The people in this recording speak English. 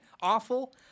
awful